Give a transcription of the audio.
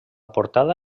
portada